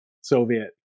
Soviet